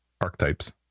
archetypes